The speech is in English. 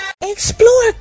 Explore